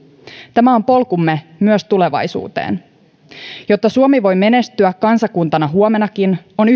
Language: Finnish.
tämä on polkumme myös tulevaisuuteen jotta suomi voi menestyä kansakuntana huomennakin on